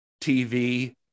tv